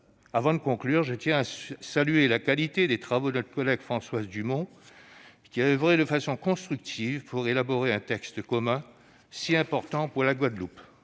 Avant de conclure, je tiens à saluer la qualité des travaux de notre collègue Françoise Dumont, qui a oeuvré de façon constructive pour élaborer un texte commun si important pour la Guadeloupe.